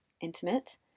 intimate